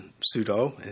pseudo